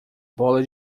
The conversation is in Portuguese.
bola